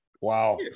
Wow